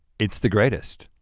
it's the greatest.